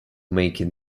making